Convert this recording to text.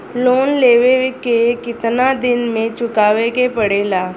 Loan लेवे के कितना दिन मे चुकावे के पड़ेला?